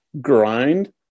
grind